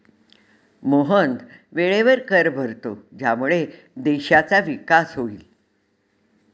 मोहन वेळेवर कर भरतो ज्यामुळे देशाचा विकास होईल